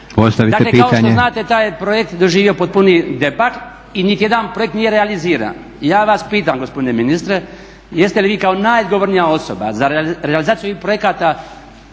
Dakle kao što znate taj je projekt doživio potpuni debakl i niti jedan projekt nije realiziran. Ja vas pitam gospodine ministre jeste li vi kao najodgovornija osoba za realizaciju ovih projekata